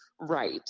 right